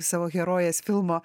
savo herojės filmo